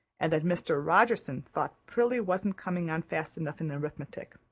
and that mr. rogerson thought prillie wasn't coming on fast enough in arithmetic.